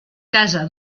casa